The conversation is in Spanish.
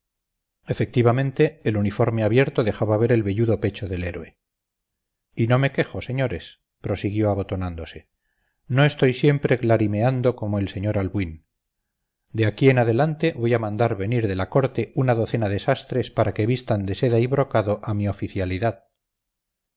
efectivamente el uniforme abierto dejaba ver el velludo pecho del héroe y no me quejo señores prosiguió abotonándose no estoy siempre glarimeando como el señor albuín de aquí en adelante voy a mandar venir de la corte una docena de sastres para que vistan de seda y brocado a mi oficialidad